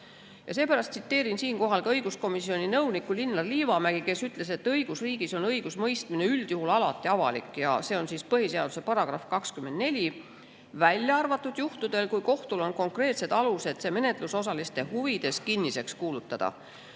Seepärast tsiteerin siinkohal ka õiguskomisjoni nõunikku Linnar Liivamäge, kes ütles, et õigusriigis on õigusemõistmine üldjuhul alati avalik – põhiseaduse § 24 –, välja arvatud juhtudel, kui kohtul on konkreetsed alused see menetlusosaliste huvides kinniseks kuulutada.